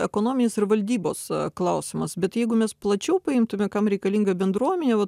ekonominis ir valdybos klausimas bet jeigu mes plačiau paimtume kam reikalinga bendruomenė vat